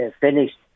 finished